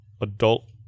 adult